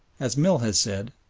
as mill has said,